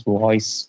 voice